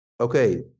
okay